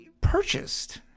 purchased